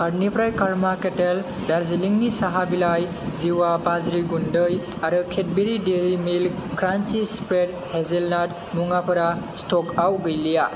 कार्टनिफ्राय कार्मा केतेल दारजिलिंनि साहा बिलाइ जिवा बाज्रि गुन्दै आरो Cadbury dairy milk crunchy spread hazelnut मुवाफोरा स्टकआव गैलिया